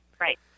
Right